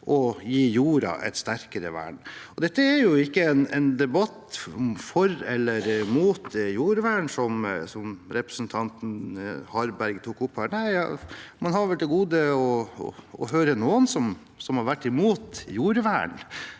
å gi jorda et sterkere vern. Dette er ikke en debatt om hvorvidt man er for eller imot jordvern, som representanten Harberg tok opp her. Man har vel til gode å høre noen som har vært imot jordvern.